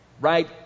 right